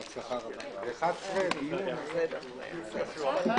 הישיבה ננעלה בשעה 10:45.